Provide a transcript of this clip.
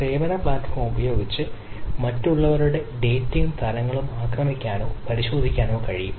സേവന പ്ലാറ്റ്ഫോം ഉപയോഗിച്ച് മറ്റുള്ളവരുടെ ഡാറ്റയും തരങ്ങളും ആക്രമിക്കാനോ പരിശോധിക്കാനോ കഴിയും